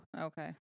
Okay